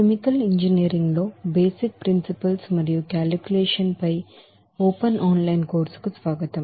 chemical engineering లో basic principles and calculations పై open on line కోర్సుకు స్వాగతం